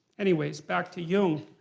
anyways, back to jung.